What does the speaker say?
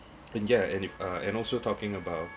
then yeah and if uh and also talking about